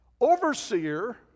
Overseer